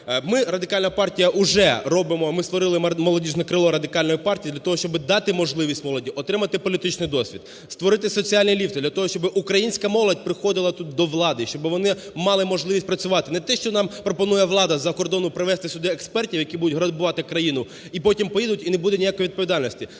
Ми, Радикальна партія, уже робимо, ми створили молодіжне крило Радикальної партії для того, щоб дати можливість молоді отримати політичний досвід, створити соціальні ліфти для того, щоб українська молодь приходила до влади. Щоб вони мали можливість працювати. Не те, що нам пропонує влада з-за кордону привезти сюди експертів, які будуть грабувати країну і потім поїдуть, і не буде ніякої відповідальності.